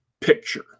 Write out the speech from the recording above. picture